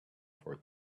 for